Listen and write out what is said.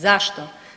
Zašto?